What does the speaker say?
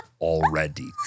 already